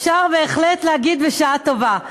אפשר בהחלט להגיד בשעה טובה.